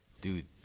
Dude